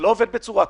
זה לא עובד בצורה כזו.